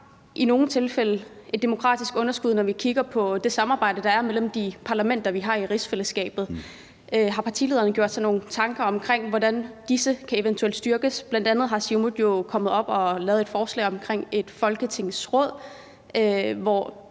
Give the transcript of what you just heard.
i nogle tilfælde et demokratisk underskud, når vi kigger på det samarbejde, der er mellem de parlamenter, vi har i rigsfællesskabet. Har partilederne gjort sig nogen tanker omkring, hvordan dette eventuelt kan styrkes? Bl.a. er Siumut jo kommet med et forslag til et folketingsråd, hvor